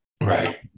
Right